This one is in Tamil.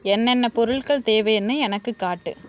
என்னென்ன பொருட்கள் தேவைன்னு எனக்கு காட்டு